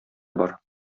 бар